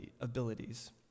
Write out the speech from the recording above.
abilities